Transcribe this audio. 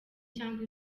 cyangwa